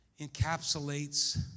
encapsulates